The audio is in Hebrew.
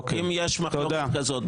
אם יש מחלוקת כזאת,